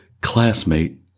classmate